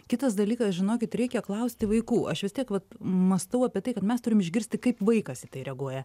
kitas dalykas žinokit reikia klausti vaikų aš vis tiek vat mąstau apie tai kad mes turim išgirsti kaip vaikas į tai reaguoja